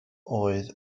oedd